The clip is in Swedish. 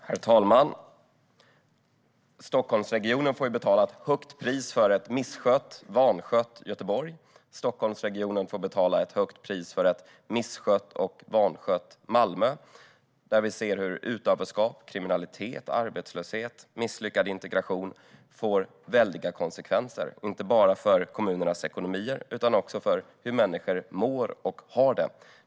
Herr talman! Stockholmsregionen får betala ett högt pris för ett vanskött Göteborg och ett vanskött Malmö, där vi ser hur utanförskap, kriminalitet, arbetslöshet och misslyckad integration får väldiga konsekvenser, inte bara för kommunernas ekonomier utan också för hur människor mår och har det.